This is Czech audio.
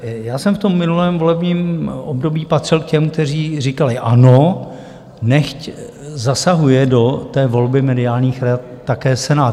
Já jsem v minulém volebním období patřil k těm, kteří říkali ano, nechť zasahuje do volby mediálních rad také Senát.